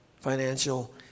financial